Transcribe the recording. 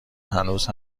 هنوز